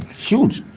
huge.